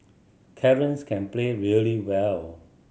Clarence can play really well